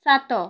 ସାତ